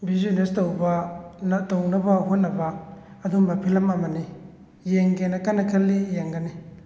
business ꯇꯧꯕ ꯅ ꯇꯧꯅꯕ ꯍꯣꯠꯅꯕ ꯑꯗꯨꯝꯕ ꯐꯤꯂꯝ ꯑꯃꯅꯤ ꯌꯦꯡꯒꯦꯅ ꯀꯟꯅ ꯈꯜꯂꯤ ꯌꯦꯡꯒꯅꯤ